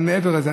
אבל מעבר לזה,